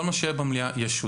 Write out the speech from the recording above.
כל מה שיהיה במליאה ישודר.